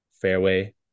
fairway